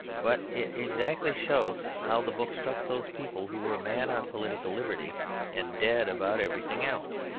but it exactly shows how the book struck those people who were mad on political liberty and dead about everything else.